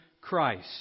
Christ